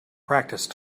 practice